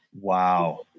Wow